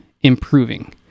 improving